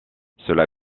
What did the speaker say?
cela